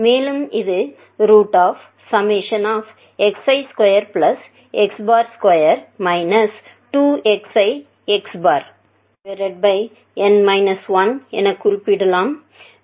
மேலும் இது xi2x2 2xix என குறிப்பிடப்படுகிறது